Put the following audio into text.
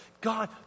God